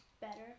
better